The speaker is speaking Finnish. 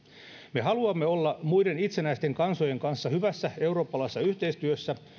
me haluamme olla muiden itsenäisten kansojen kanssa hyvässä eurooppalaisessa yhteistyössä